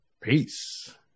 Peace